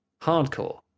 Hardcore